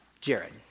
Jared